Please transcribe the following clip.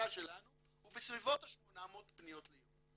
הוא בסביבות ה-800 פניות ליום.